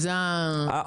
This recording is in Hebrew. לא.